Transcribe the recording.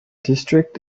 district